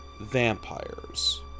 vampires